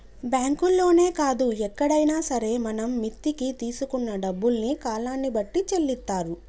బ్యాంకుల్లోనే కాదు ఎక్కడైనా సరే మనం మిత్తికి తీసుకున్న డబ్బుల్ని కాలాన్ని బట్టి చెల్లిత్తారు